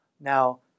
Now